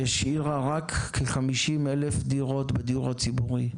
שהשאירה רק כ-50,000 דירות בדיור הציבורי,